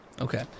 Okay